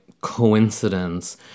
coincidence